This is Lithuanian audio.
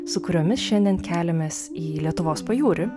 su kuriomis šiandien keliamės į lietuvos pajūrį